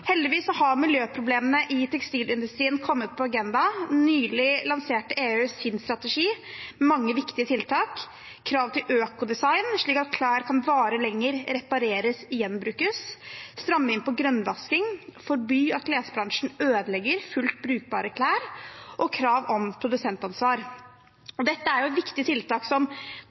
Heldigvis har miljøproblemene i tekstilindustrien kommet på agendaen. Nylig lanserte EU sin strategi. Det er mange viktige tiltak. Det er krav til økodesign, slik at klær kan vare lenger, repareres og gjenbrukes. Det er å stramme inn på grønnvasking og å forby at klesbransjen ødelegger fullt brukbare klær. Og det er krav om produsentansvar. Dette er viktige tiltak som